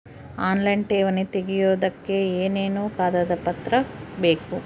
Online ಠೇವಣಿ ತೆಗಿಯೋದಕ್ಕೆ ಏನೇನು ಕಾಗದಪತ್ರ ಬೇಕು?